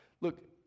look